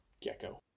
Gecko